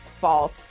False